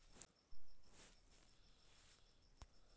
खाता अपटूडेट कतला लगवार करोहीस?